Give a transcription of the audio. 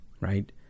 right